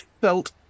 felt